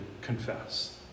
confess